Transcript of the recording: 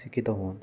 ଶିକ୍ଷିତ ହୁଅନ୍ତି